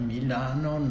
Milano